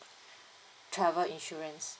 travel insurance